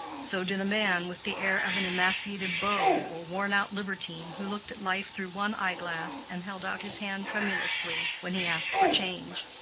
so did a man with the air of an emaciated beau or worn-out libertine, who looked at life through one eye-glass, and held out his hand tremulously when he asked for change.